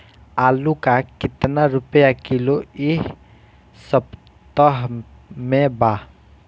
आलू का कितना रुपया किलो इह सपतह में बा?